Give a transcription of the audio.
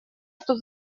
что